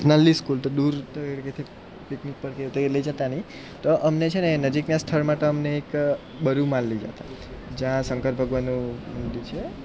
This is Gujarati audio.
નલ્લી સ્કૂલ તો દૂર તો એ ઘેરથી પિકનિક પર કે એ હતો જતા નહીં તો અમને છેને એ નજીકના સ્થળમાં તો અમને એક બરુમાં લઈ જતા જ્યાં શંકર ભગવાનનું મંદિર છે